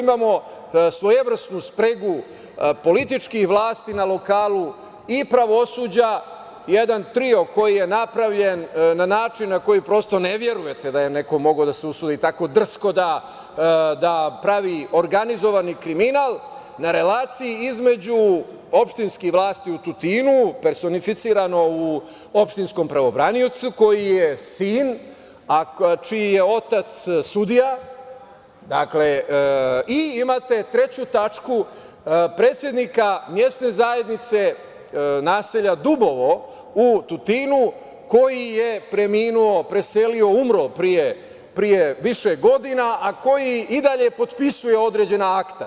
Imamo svojevrsnu spregu političkih vlasti na lokalu i pravosuđa, jedan trio koji je napravljen na način na koji prosto ne verujete da je neko mogao da se usudi tako drsko da pravi organizovani kriminal na relaciji između opštinskih vlasti u Tutinu, personificirano u opštinskom pravobraniocu koji je sin, a čiji je otac sudija, dakle, i imate treću tačku, predsednika Mesne zajednice naselja Dubovo u Tutinu, koji je preminuo, preselio, umro pre više godina, a koji i dalje potpisuje određena akta.